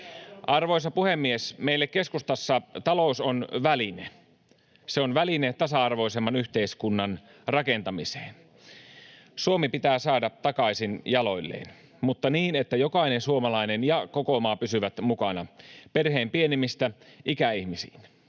Arvoisa puhemies! Meille keskustassa talous on väline. Se on väline tasa-arvoisemman yhteiskunnan rakentamiseen. Suomi pitää saada takaisin jaloilleen mutta niin, että jokainen suomalainen ja koko maa pysyvät mukana perheen pienimmistä ikäihmisiin,